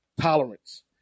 tolerance